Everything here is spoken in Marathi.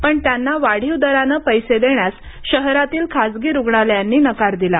पण त्यांना वाढीव दराने पैसे देण्यास शहरातील खासगी रुग्णालयांनी नकार दिला